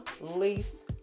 lease